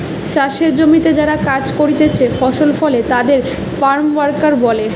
চাষের জমিতে যারা কাজ করতিছে ফসল ফলে তাদের ফার্ম ওয়ার্কার বলে